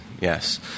Yes